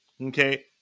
okay